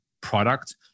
product